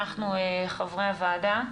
אנחנו חברי הוועדה,